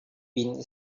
been